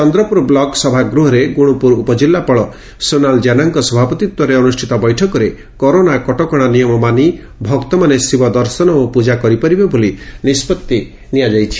Chandrapur block ସଭାଗୃହରେ ଗୁଣୁପୁର ଉପଜିଲ୍ଲାପାଳ ସୋନାଲ ଜେନାଙ୍କ ସଭାପତିତ୍ୱରେ ଅନୁଷ୍ଟିତ ବୈଠକରେ କରୋନା କଟକଶା ନିୟମ ମାନି ଭକ୍ତମାନେ ଶିବ ଦର୍ଶନ ଓ ପ୍ ଜା କରିପାରିବେ ବୋଲି ନିଷ୍ବଭି ନିଆଯାଇଛି